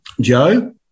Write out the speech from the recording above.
Joe